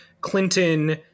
Clinton